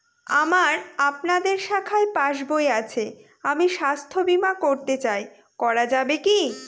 আমার আপনাদের শাখায় পাসবই আছে আমি স্বাস্থ্য বিমা করতে চাই করা যাবে কি?